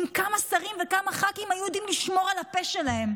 אם כמה שרים וכמה ח"כים היו יודעים לשמור על הפה שלהם?